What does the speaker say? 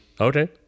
okay